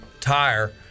tire